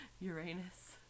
Uranus